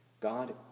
God